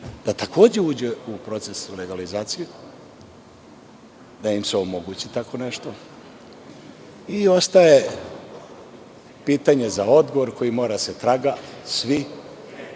da takođe uđu u proces legalizacije, da im se omogući tako nešto? Ostaje pitanje za odgovor koji mora da se traga, svi